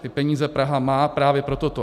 Ty peníze Praha má právě pro toto.